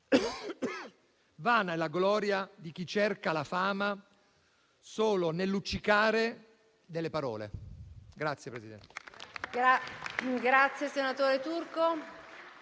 «Vana è la gloria di chi cerca la fama solo nel luccicare delle parole».